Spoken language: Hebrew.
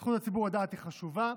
זכות הציבור לדעת היא חשובה,